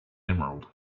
emerald